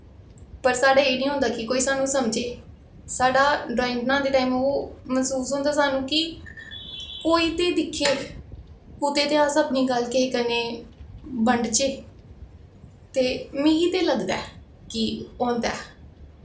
पर साढ़े एह् निं होंदा कि कोई सानूं समझे साढ़ा ड्राईंग बनांदे टाइम ओह् मैसूस होदा सानूं कि कोई ते दिक्खे कुतै ते अस अपनी गल्ल ते कन्नै बंडचै ते मिगी ते लगदा कि होंदा ऐ